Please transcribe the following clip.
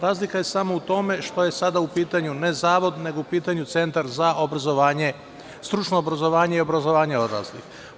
Razlika je samo u tome što je sada u pitanju, ne Zavod nego Centar za stručno obrazovanje i obrazovanje odraslih.